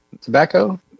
tobacco